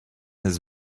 his